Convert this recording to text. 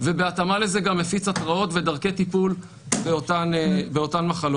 ובהתאמה לזה גם מפיץ התראות ודרכי טיפול באותן מחלות.